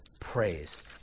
praise